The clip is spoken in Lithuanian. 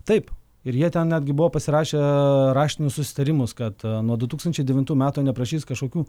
taip ir jie ten netgi buvo pasirašę raštinių susitarimus kad nuo du tūkstančiai devintų metų neprašys kažkokių